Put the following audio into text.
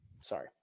sorry